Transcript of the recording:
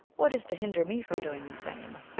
what is to hinder me from doing the same?